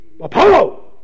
Apollo